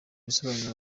bisobanuro